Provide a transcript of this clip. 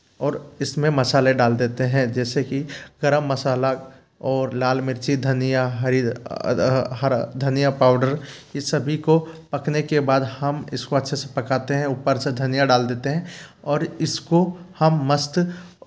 और इसमें मसाले डाल देते हैं जैसे कि गरम मसाला और लाल मिर्ची धनिया हरी हरा धनिया पाउडर यह सभी को पकने के बाद हम इसको अच्छे से पकाते हैं ऊपर से धनिया डाल देते हैं और इसको हम मस्त